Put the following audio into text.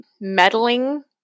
meddling